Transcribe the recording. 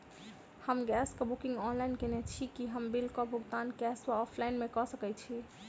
हम गैस कऽ booking online केने छी, की हम बिल कऽ भुगतान कैश वा ऑफलाइन मे कऽ सकय छी?